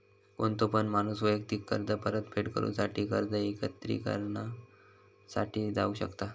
कोणतो पण माणूस वैयक्तिक कर्ज परतफेड करूसाठी कर्ज एकत्रिकरणा साठी जाऊ शकता